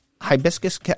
hibiscus